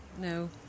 no